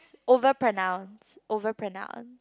over pronounce over pronounce